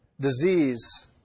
disease